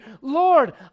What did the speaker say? Lord